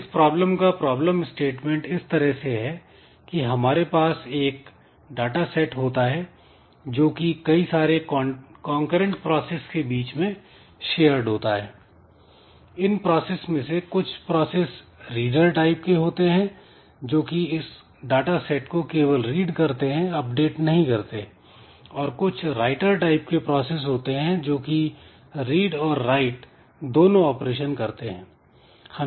इस प्रॉब्लम का problem statement इस तरह से है कि हमारे पास एक डाटा सेट होता है जो कि कई सारे कॉन्करेंट प्रोसेस के बीच में शेयर्ड होता है इन प्रोसेस में से कुछ प्रोसेस रीडर टाइप के होते हैं जोकि इस डाटा सेट को केवल रीड करते हैं अपडेट नहीं करते और कुछ राइटर टाइप के प्रोसेस होते हैं जो कि रीड और राइट दोनों ऑपरेशन करते हैं